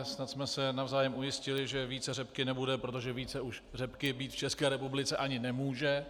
Snad jsme se navzájem ujistili, že více řepky nebude, protože více už řepky v České republice být ani nemůže.